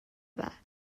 بعد